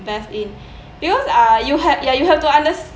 invest in because uh you have ya you have to understand